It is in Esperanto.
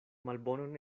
malbonon